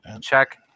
check